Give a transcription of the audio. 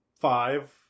five